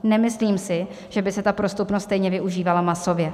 Nemyslím si, že by se ta prostupnost stejně využívala masově.